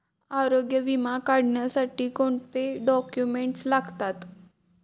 आरोग्य विमा काढण्यासाठी कोणते डॉक्युमेंट्स लागतात?